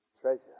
Treasure